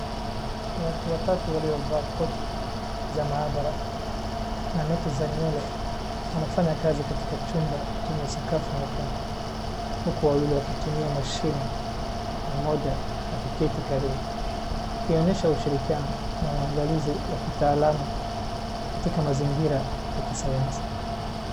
Watu watatu waliovaa koti za maabara, na neti za nywele, wanafanya kazi katika chumba chenye sakafu nyekundu, huku wawili wakitumia mashini, na mmoja akiketi karibu, akionyesha ushirikiano na uangalizi wa kitaalamu katika mazingira ya kisayansi.